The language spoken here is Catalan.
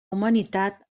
humanitat